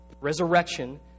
Resurrection